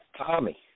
Tommy